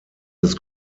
des